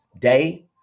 day